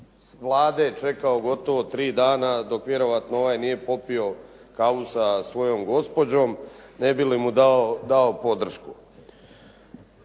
Vlade čekao gotovo tri dana dok vjerovatno ovaj nije popio kavu sa svojom gospođom, ne bi li mu dao podršku.